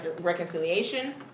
reconciliation